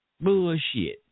Bullshit